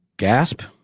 Gasp